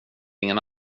ingen